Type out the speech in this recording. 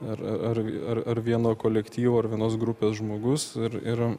ar ar ar ar vieno kolektyvo ar vienos grupės žmogus ir ir